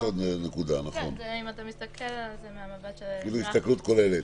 אם אתה מסתכל על זה מהמבט של האזרח -- הסתכלות כוללת.